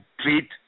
treat